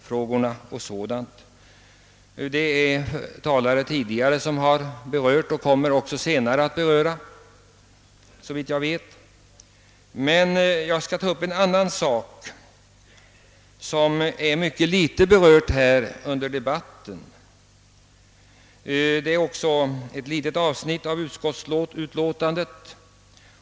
Tidigare talare har redan varit inne på de frågorna, och såvitt jag vet kommer andra talare senare också in på dem. Däremot skall jag ta upp en annan fråga som berörts mycket litet i debatten och som har behandlats i ett mycket litet avsnitt i utskottets utlåtande.